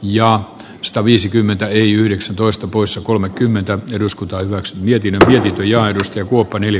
ja sataviisikymmentä eli yhdeksäntoista poissa kolmekymmentä eduskunta ovat jokinen linjaa edusti kuopan yli